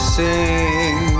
sing